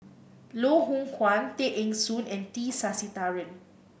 Loh Hoong Kwan Tay Eng Soon and T Sasitharan